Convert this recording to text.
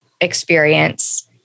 experience